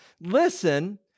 Listen